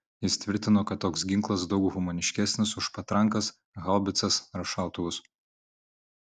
jis tvirtino kad toks ginklas daug humaniškesnis už patrankas haubicas ar šautuvus